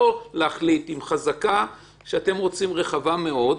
להחליט אם החזקה שאתם רוצים רחבה מאוד.